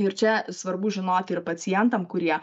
ir čia svarbu žinoti ir pacientam kurie